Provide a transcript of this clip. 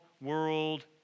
world